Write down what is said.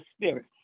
spirit